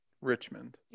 Richmond